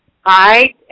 Hi